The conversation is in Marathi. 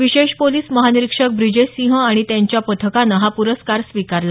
विशेष पोलिस महानिरीक्षक ब्रिजेश सिंह आणि त्यांच्या पथकानं हा पुरस्कार स्वीकारला